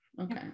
Okay